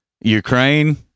Ukraine